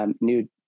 new